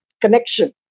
connection